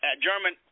German